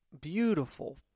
beautiful